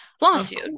lawsuit